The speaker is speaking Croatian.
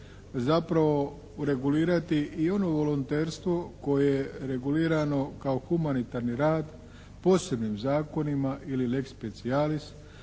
zapravo regulirati i ono volonterstvo koje je regulirano kao humanitarni rad posebnim zakonima ili lex specialis